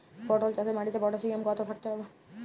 পটল চাষে মাটিতে পটাশিয়াম কত থাকতে হবে?